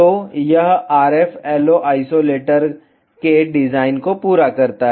तो यह RF LO isolator के डिजाइन को पूरा करता है